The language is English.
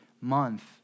month